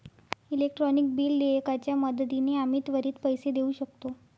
electronic bill देयकाच्या मदतीने आम्ही त्वरित पैसे देऊ शकतो